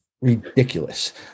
ridiculous